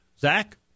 Zach